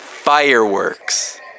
fireworks